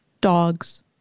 Dogs